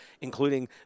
including